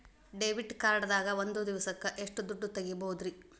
Debit card ದಾಗ ಒಂದ್ ದಿವಸಕ್ಕ ಎಷ್ಟು ದುಡ್ಡ ತೆಗಿಬಹುದ್ರಿ?